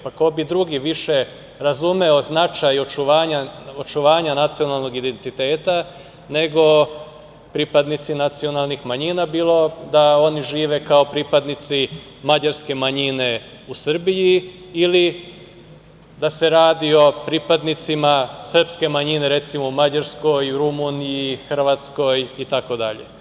Pa, ko bi drugi više razumeo značaj očuvanja nacionalnog identiteta nego pripadnici nacionalnih manjina, bilo da oni žive kao pripadnici mađarske manjine u Srbiji ili da se radi o pripadnicima srpske manjine, recimo, u Mađarskoj, Rumuniji, Hrvatskoj itd.